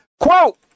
Quote